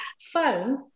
phone